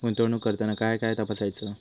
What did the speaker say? गुंतवणूक करताना काय काय तपासायच?